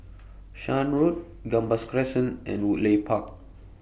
Shan Road Gambas Crescent and Woodleigh Park